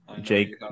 Jake